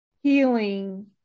healing